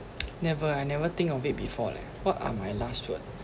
never I never think of it before leh what are my last word